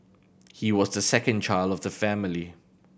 he was the second child of the family